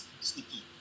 sticky